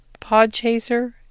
Podchaser